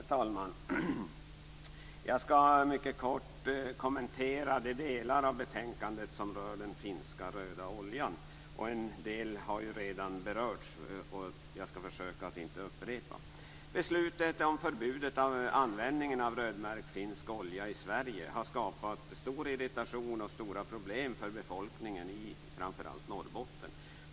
Herr talman! Jag skall mycket kort kommentera de delar av betänkandet som rör den finska röda oljan. En del har redan berörts, och jag skall försöka att inte upprepa detta. Beslutet om förbud mot användning av rödmärkt finsk olja i Sverige har skapat stor irritation och stora problem för befolkningen i framför allt Norrbotten.